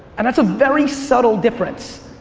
and that's a very subtle difference.